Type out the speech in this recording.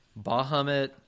Bahamut